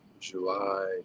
July